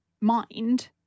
mind